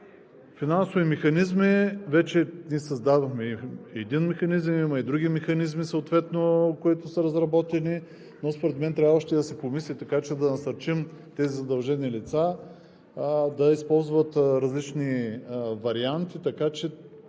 Финансови механизми. Вече ние създадохме един механизъм. Има и други механизми, които са разработени, но според мен трябва още да се помисли, така че да насърчим тези задължени лица да използват различни варианти. Разбира